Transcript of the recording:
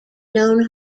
known